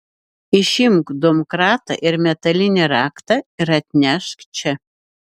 išimk domkratą ir metalinį raktą ir atnešk čia